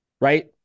right